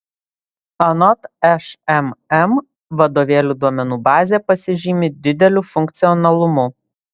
anot šmm vadovėlių duomenų bazė pasižymi dideliu funkcionalumu